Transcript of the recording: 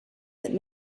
that